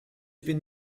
been